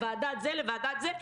לוועדת זה וועדת זה,